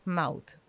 mouth